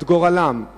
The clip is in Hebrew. את גורלם,